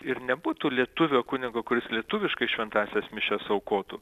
ir nebūtų lietuvio kunigo kuris lietuviškai šventąsias mišias aukotų